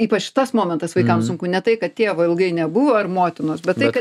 ypač tas momentas vaikams sunku ne tai kad tėvo ilgai nebuvo ar motinos tai kad